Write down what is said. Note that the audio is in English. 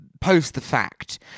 post-the-fact